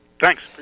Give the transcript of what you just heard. Thanks